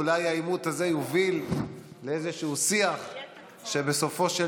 אולי העימות הזה יוביל לאיזשהו שיח שבסופו של